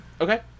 Okay